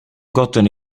gotten